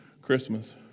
Christmas